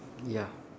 ya